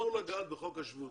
אסור לגעת בחוק השבות.